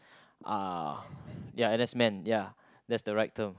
uh ya N_S man ya that's the right term